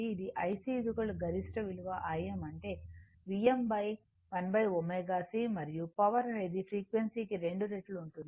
ఇది IC గరిష్ట విలువ Im అంటే Vm1ωC మరియు పవర్ అనేది ఫ్రీక్వెన్సీకి రెండు రేట్లు ఉంటుంది